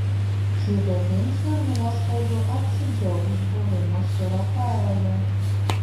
ji be ginčų ar nuoskaudų atsidžiaugs buvimu su rafaeliu